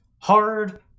hard